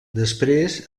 després